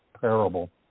parable